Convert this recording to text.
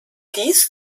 dies